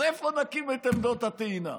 אז איפה נקים את עמדות הטעינה,